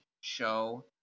show